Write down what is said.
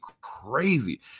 crazy